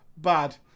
Bad